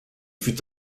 fut